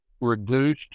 reduced